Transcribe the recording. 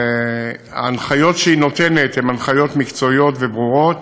ההנחיות שהיא נותנת הן הנחיות מקצועיות וברורות